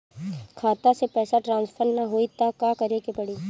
खाता से पैसा टॉसफर ना होई त का करे के पड़ी?